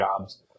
jobs